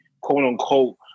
quote-unquote